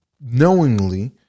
knowingly